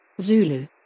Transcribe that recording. Zulu